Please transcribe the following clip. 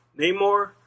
Namor